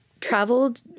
traveled